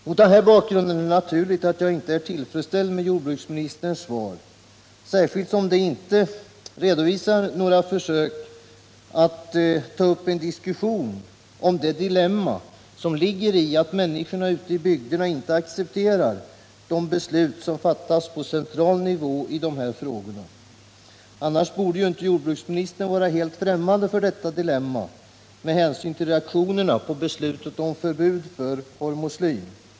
Mot denna bakgrund är det naturligt att jag inte är tillfredsställd med jordbruksministerns svar, särskilt som det inte redovisar några försök att ta upp en diskussion om det dilemma som ligger i att människorna ute i bygderna inte accepterar de beslut som fattas på central nivå i dessa frågor. Annars borde ju inte jordbruksministern vara helt främmande för detta dilemma med hänsyn till reaktionerna på beslutet om förbud mot hormoslyr.